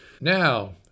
Now